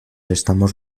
estamos